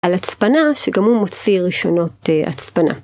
על הצפנה, שגם הוא מוציא רשיונות הצפנה.